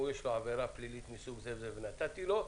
ויש לו עבירה פלילית מסוג מסוים ונתתי לו,